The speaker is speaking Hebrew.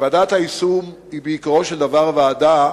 שוועדת היישום היא בעיקרו של דבר ועדה